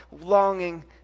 longing